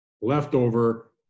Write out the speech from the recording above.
leftover